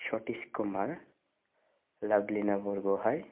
सतिस कुमार लाभलिना बरग'हाय